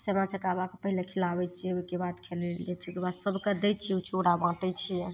सामा चकेबाके पहिले खिलाबै छिए ओहिके बाद खेलै ले जाइ छिए ओहिकेबाद सभकेँ दै छिए ओ चूड़ा बाँटै छिए